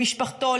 למשפחתו,